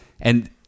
And-